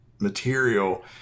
material